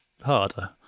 harder